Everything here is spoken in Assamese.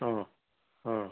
অঁ অঁ